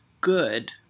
good